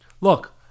look